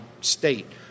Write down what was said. state